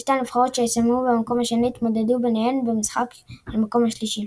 ושתי הנבחרות שסיימו במקום השני התמודדו ביניהן במשחק על המקום השלישי.